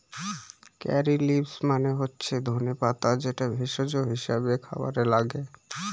কারী leaves মানে হচ্ছে ধনে পাতা যেটা ভেষজ হিসাবে খাবারে লাগে